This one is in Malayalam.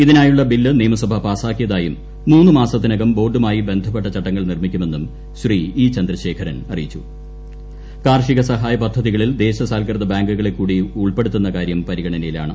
ഇതിനായുള്ള ബില്ല് നിയമസഭ പാസാക്കിയതായും മൂന്നു മാസത്തിനകം ബോർഡുമായി ബന്ധപ്പെട്ട ചട്ടങ്ങൾ നിർമ്മിക്കുമെന്നും കാർഷിക സഹായ പദ്ധതികളിൽ ദേശസാൽകൃത ബാങ്കുകളെ കൂടി ഉൾപ്പെടുത്തുന്ന കാര്യം പരിഗണനയിലാണ്